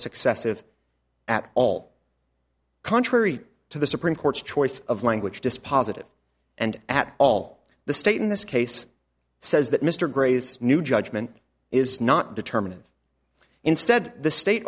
successive at all contrary to the supreme court's choice of language dispositive and at all the state in this case says that mr gray's new judgment is not determinative instead the state